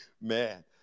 Man